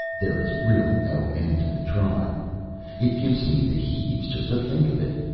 there is really no end to the tribe it gives me the heaves just to think of it.